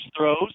throws